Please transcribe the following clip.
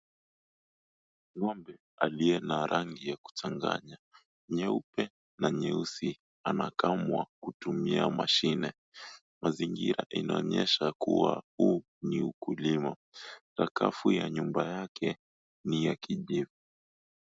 Ng'ombe aliye na rangi ya kuchanganya, nyeupe na nyeusi anakamwa kutumia mashine. Mazingira inaonyesha kuwa huu ni ukulima sakafu ya nyumba yake ni ya kijivu.